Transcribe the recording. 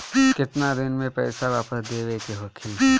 केतना दिन में पैसा वापस देवे के होखी?